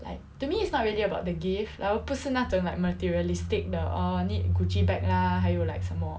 like to me it's not really about the gift like 我不是那种 like materialistic 的 orh need Gucci bag lah 还有 like 什么